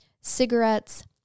cigarettes